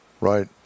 Right